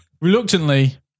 Reluctantly